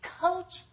coach